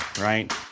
right